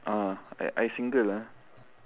ah I I single ah